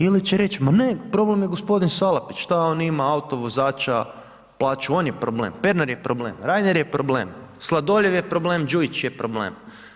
Ili će reći ma ne, problem je gospodin Salapić šta on ima autovozača, plaću on je problem, Pernar je problem, Reiner je problem, Sladoljev je problem, Đujić je problem.